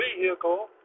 vehicle